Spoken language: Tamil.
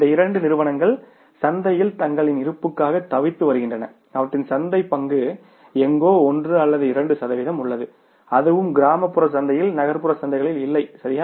இன்று இந்த நிறுவனங்கள் சந்தையில் தங்களின் இருப்புக்காக தவித்து வருகின்றன அவற்றின் சந்தைப் பங்கு எங்கோ 1 அல்லது 2 சதவிகிதம் உள்ளது அதுவும் கிராமப்புற சந்தையில் நகர்ப்புற சந்தைகளில் இல்லை சரியா